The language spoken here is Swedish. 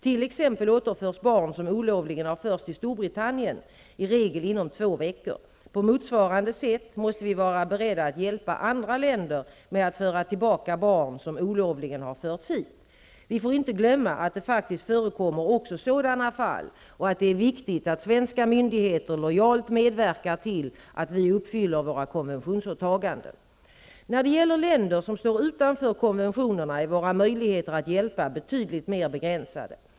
T.ex. återförs barn som olovligen har förts till Storbritannien i regel inom två veckor. På motsvarande sätt måste vi vara beredda att hjälpa andra länder med att föra tillbaka barn som olovligen har förts hit. Vi får inte glömma att det faktiskt förekommer också sådana fall och att det är viktigt att svenska myndigheter lojalt medverkar till att vi uppfyller våra konventionsåtaganden. När det gäller länder som står utanför konventionerna är våra möjligheter att hjälpa betydligt mer begränsade.